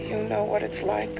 you know what it's like